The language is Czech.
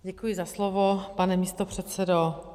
Děkuji za slovo, pane místopředsedo.